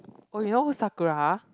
oh you know who's Sakura